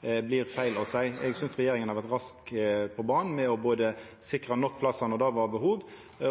blir feil å seia. Eg synest regjeringa har vore raskt på banen både med å sikra nok plassar då det var behov,